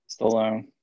Stallone